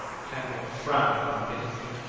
campbell frowned and bit his lip.